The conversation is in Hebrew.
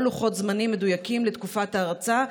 או לוחות זמנים מדויקים לתקופת ההרצה,